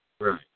Right